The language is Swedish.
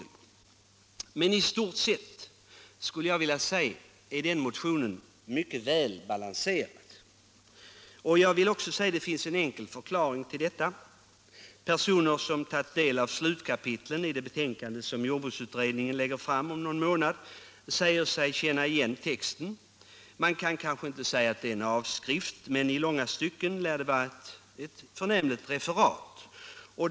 Men i stort sett är den motionen mycket väl balanserad. Det finns en enkel förklaring till detta. Personer som tagit del av slutkapitlen i det betänkande som jordbruksutredningen lägger fram om någon månad säger sig känna igen texten. Man kan kanske inte säga att det är en avskrift, men i långa stycken lär det vara ett förnämligt referat.